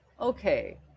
okay